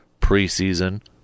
preseason